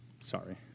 Sorry